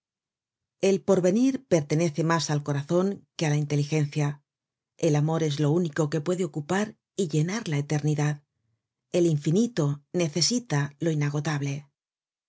el porvenir pertenece mas al corazon que á la inteligencia el amor es lo único que puede ocupar y llenar la eternidad el infinito necesita lo inagotable el